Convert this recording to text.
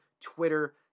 Twitter